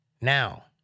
Now